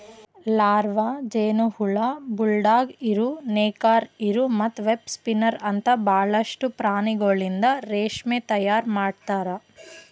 larva, ಜೇನುಹುಳ, bulldog ಇರು, ನೇಕಾರ ಇರು ಮತ್ತ ವೆಬ್ಸ್ಪಿನ್ನರ್ ಅಂತ ಭಾಳಷ್ಟು ಪ್ರಾಣಿಗೊಳಿಂದ್ ರೇಷ್ಮೆ ತೈಯಾರ್ ಮಾಡ್ತಾರ